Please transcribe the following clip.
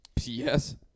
Yes